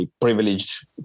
privileged